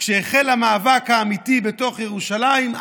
כשהחל המאבק האמיתי בתוך ירושלים,